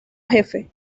jefe